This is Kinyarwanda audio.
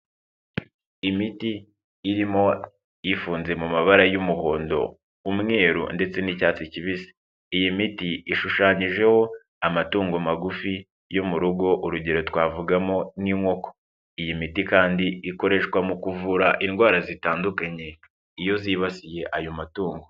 Imiti irimo ifunze mu mabara y'umuhondo, umweru ndetse n'icyatsi kibisi. Iyi miti ishushanyijeho amatungo magufi yo mu rugo urugero twavugamo nk'inkoko. Iyi miti kandi ikoreshwa mu kuvura indwara zitandukanye, iyo zibasiye ayo matungo.